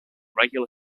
regular